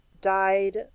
died